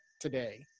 today